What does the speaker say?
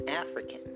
African